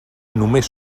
només